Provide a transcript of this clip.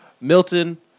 Milton